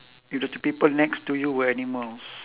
if the two people next to you were animals